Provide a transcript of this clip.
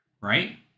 right